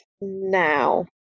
now